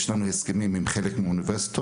יש לנו הסכמים עם חלק מהאוניברסיטאות,